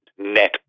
net